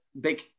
big